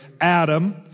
Adam